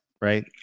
right